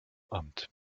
amt